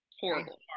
horrible